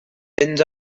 mynd